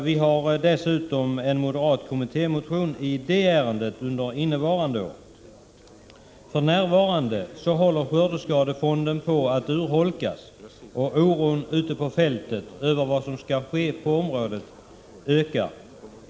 Vi har dessutom en moderat kommittémotion i ärendet under innevarande år. För närvarande håller skördeskadefonden på att urholkas, och oron över vad som skall ske på området ökar.